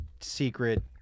secret